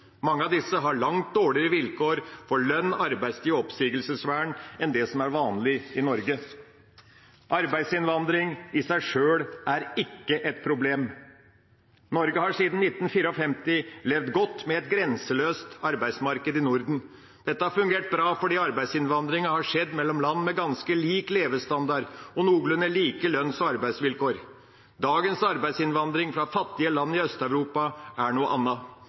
Mange av disse har langt dårligere vilkår og lønn, arbeidstid og oppsigelsesvern enn det som er vanlig i Norge. Arbeidsinnvandring i seg sjøl er ikke et problem. Norge har siden 1954 levd godt med et grenseløst arbeidsmarked i Norden. Dette har fungert bra fordi arbeidsinnvandringen har skjedd mellom land med ganske lik levestandard og noenlunde like lønns- og arbeidsvilkår. Dagens arbeidsinnvandring fra fattige land i Øst-Europa er noe